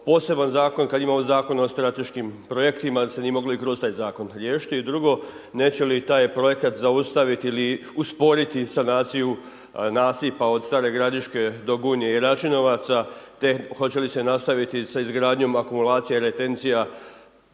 poseban zakon, kad imamo Zakon o strateškim projektima se nije moglo i kroz taj zakon riješiti. I drugo, neće li i taj projekat zaustaviti ili usporiti sanaciju nasipa od Stare Gradiške do Gunje i Račinovaca, te hoće li se nastaviti sa izgradnjom akumulacija i retencija